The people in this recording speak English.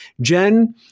Jen